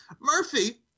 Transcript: Murphy